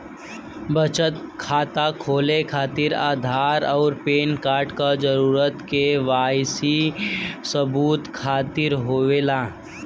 बचत खाता खोले खातिर आधार और पैनकार्ड क जरूरत के वाइ सी सबूत खातिर होवेला